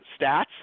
stats